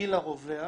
הגיל הרווח,